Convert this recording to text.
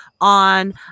on